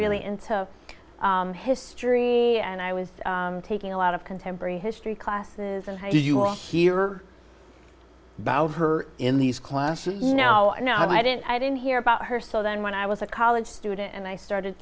really into history and i was taking a lot of contemporary history classes and how do you wash your about her in these classes no no i didn't i didn't hear about her so then when i was a college student and i started